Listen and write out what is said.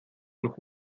noch